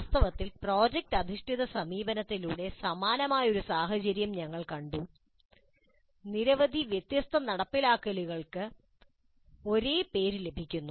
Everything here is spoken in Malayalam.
വാസ്തവത്തിൽ പ്രോജക്റ്റ് അധിഷ്ഠിത സമീപനത്തിലൂടെ സമാനമായ ഒരു സാഹചര്യം ഞങ്ങൾ കണ്ടു നിരവധി വ്യത്യസ്ത നടപ്പാക്കലുകൾക്ക് ഒരേ പേര് ലഭിക്കുന്നു